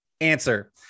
answer